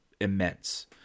immense